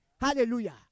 Hallelujah